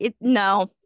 no